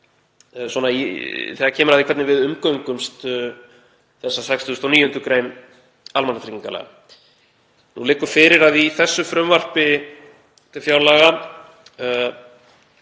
okkur taki í því hvernig við umgöngumst þessa 69. gr. almannatryggingalaga. Nú liggur fyrir að í þessu frumvarpi til fjárlaga,